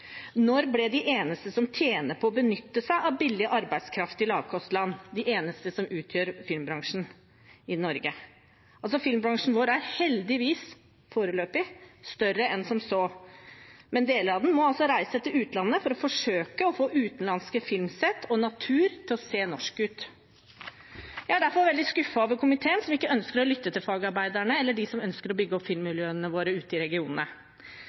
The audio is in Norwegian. Når ble de eneste som tjener på å benytte seg av billig arbeidskraft i lavkostland, de eneste som utgjør filmbransjen i Norge? Filmbransjen vår er heldigvis – foreløpig – større enn som så, men deler av den må altså reise til utlandet for å forsøke å få utenlandske filmsett og natur til å se norsk ut. Jeg er derfor veldig skuffet over komiteen, som ikke ønsker å lytte til fagarbeiderne eller dem som ønsker å bygge opp filmmiljøene våre ute i regionene.